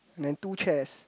and two chairs